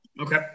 okay